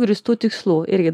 grįstų tikslų irgi